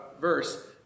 verse